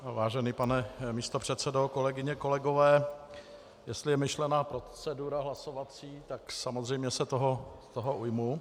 Vážený pane místopředsedo, kolegyně, kolegové, jestli je myšlena procedura hlasovací , tak samozřejmě se toho ujmu.